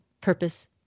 purpose